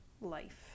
life